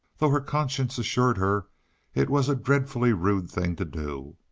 though her conscience assured her it was a dreadfully rude thing to do,